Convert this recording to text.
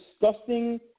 disgusting